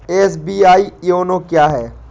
SBI YONO क्या है?